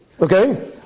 Okay